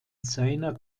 seiner